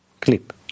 Clip